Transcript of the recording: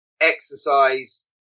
exercise